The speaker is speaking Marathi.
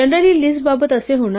जनरली लिस्टबाबत असे होणार नाही